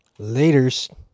Laters